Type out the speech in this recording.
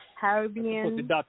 Caribbean